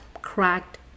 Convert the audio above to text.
cracked